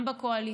גם בקואליציה,